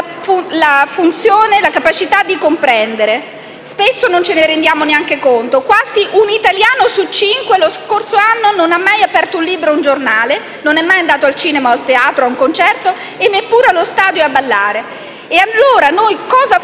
la funzione e la capacità di comprendere. Spesso, non ce ne rendiamo neanche conto. Quasi un italiano su cinque lo scorso anno non ha mai aperto un libro o un giornale, non è mai andato al cinema o al teatro; non è mai andato a un concerto e neanche allo stadio e a ballare. Allora cosa facciamo